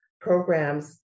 programs